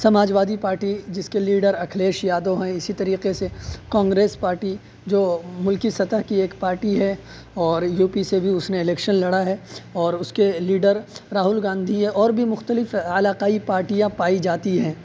سماج وادی پارٹی جس کے لیڈر اکھلیش یادو ہیں اسی طریقے سے کانگریس پارٹی جو ملکی سطح کی ایک پارٹی ہے اور یو پی سے بھی اس نے الیکشن لڑا ہے اور اس کے لیڈر راہل گاندھی ہیں اور بھی مختلف علاقائی پارٹیاں پائی جاتی ہیں